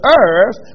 earth